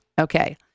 Okay